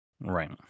Right